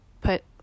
put